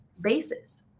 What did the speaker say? basis